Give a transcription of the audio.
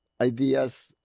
ideas